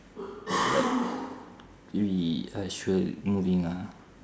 we are sure moving ah